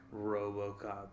RoboCop